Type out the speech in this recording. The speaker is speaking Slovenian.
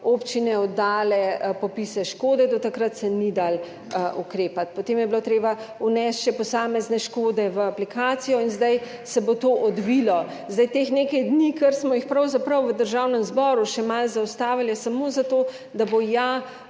občine oddale popise škode, do takrat se ni dalo ukrepati, potem je bilo treba vnesti še posamezne škode v aplikacijo in zdaj se bo to odvilo. Zdaj teh nekaj dni, kar smo jih pravzaprav v Državnem zboru še malo zaustavili, je samo za to, da bo ja